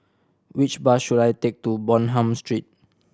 which bus should I take to Bonham Street